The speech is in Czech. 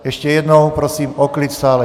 Ještě jednou prosím o klid v sále.